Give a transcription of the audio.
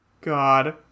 God